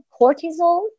cortisol